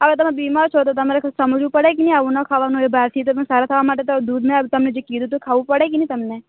હવે તમે બીમાર છો તમે સમજવું પડે કે નહિ આવું ખાવાનું હોય બહારથી તમે સારા થવા માટે દૂધ ને તમને જે કીધું તું એ ખાવું પડે કે નહિ તમને